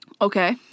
Okay